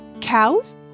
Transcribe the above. Cows